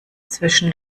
zwischen